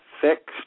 fixed